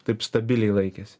taip stabiliai laikėsi